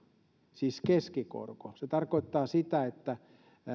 siis keskikorko se tarkoittaa sitä että